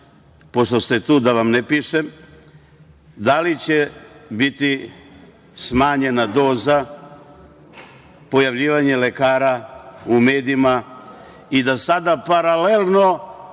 pošto ste tu da vam ne pišem, da li će biti smanjena doza pojavljivanja lekara u medijima i da sada paralelno